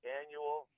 annual